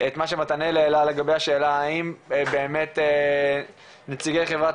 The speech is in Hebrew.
את מה שמתנאל העלה לגבי השאלה האם באמת נציגי חברת